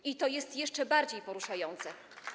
I to jest jeszcze bardziej poruszające.